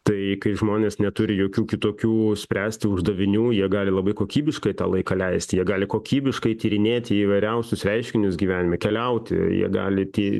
tai kai žmonės neturi jokių kitokių spręsti uždavinių jie gali labai kokybiškai tą laiką leist jie gali kokybiškai tyrinėti įvairiausius reiškinius gyvenime keliauti jie gali ty